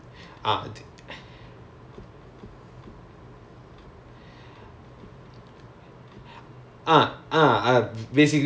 oh okay okay like they really you they really need you for what you are what you are useful for lah கடைசி:kadaisi is it something like that